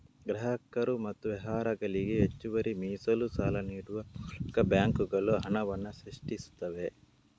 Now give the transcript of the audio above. ಗ್ರಾಹಕರು ಮತ್ತು ವ್ಯವಹಾರಗಳಿಗೆ ಹೆಚ್ಚುವರಿ ಮೀಸಲು ಸಾಲ ನೀಡುವ ಮೂಲಕ ಬ್ಯಾಂಕುಗಳು ಹಣವನ್ನ ಸೃಷ್ಟಿಸ್ತವೆ